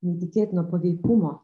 neįtikėtino paveikumo